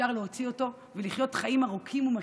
אפשר להוציא אותו ולחיות חיים ארוכים ומשמעותיים,